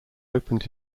opened